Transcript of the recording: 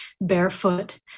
barefoot